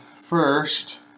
first